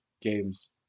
games